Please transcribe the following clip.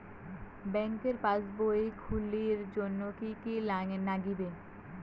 ব্যাঙ্কের পাসবই খুলির জন্যে কি কি নাগিবে?